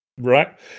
Right